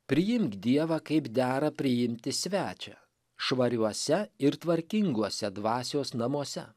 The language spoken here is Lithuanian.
priimk dievą kaip dera priimti svečią švariuose ir tvarkinguose dvasios namuose